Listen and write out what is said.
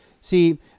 See